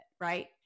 right